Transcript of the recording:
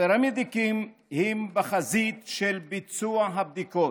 הפרמדיקים הם בחזית של ביצוע הבדיקות,